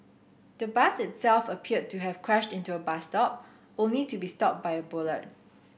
the bus itself appeared to have crashed into a bus stop only to be stopped by a